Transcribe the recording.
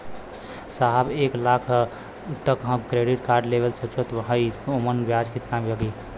साहब हम एक लाख तक क क्रेडिट कार्ड लेवल सोचत हई ओमन ब्याज कितना लागि?